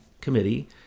committee